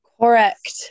Correct